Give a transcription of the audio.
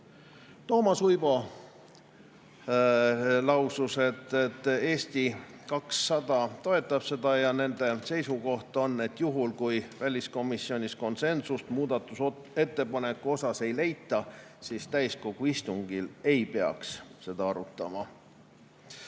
Toomas Uibo lausus, et Eesti 200 toetab seda, ja nende seisukoht on, et juhul kui väliskomisjonis konsensust muudatusettepaneku suhtes ei leita, siis täiskogu istungil ei peaks seda arutama.